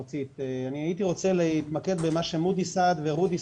הייתי רוצה להתמקד במה שמודי סעד ורודי